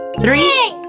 Three